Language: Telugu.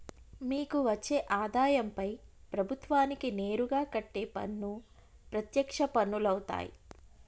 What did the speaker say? మీకు వచ్చే ఆదాయంపై ప్రభుత్వానికి నేరుగా కట్టే పన్ను ప్రత్యక్ష పన్నులవుతాయ్